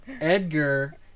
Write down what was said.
Edgar